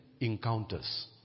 encounters